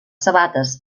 sabates